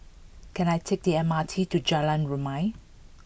can I take the M R T to Jalan Rumia